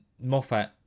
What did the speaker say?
Moffat